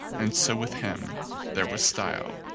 and so with him there was style,